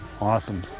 awesome